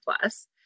plus